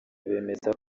bemeza